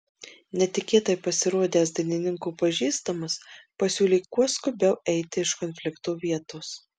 netikėtai pasirodęs dainininko pažįstamas pasiūlė kuo skubiau eiti iš konflikto vietos